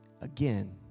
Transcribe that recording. Again